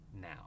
now